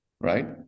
right